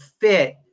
fit